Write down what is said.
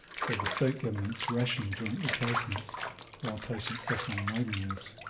so the state governments ration join replacements while patients suffer on waiting lists.